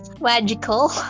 Magical